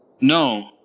No